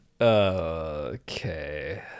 Okay